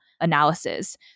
analysis